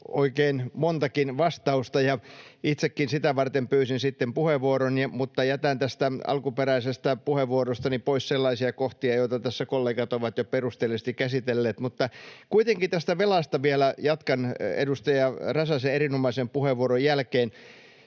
oikein montakin vastausta, ja itsekin sitä varten pyysin sitten puheenvuoron, mutta jätän tästä alkuperäisestä puheenvuorostani pois sellaisia kohtia, joita tässä kollegat ovat jo perusteellisesti käsitelleet. Mutta kuitenkin jatkan vielä tästä velasta edustaja Räsäsen erinomaisen puheenvuoron jälkeen.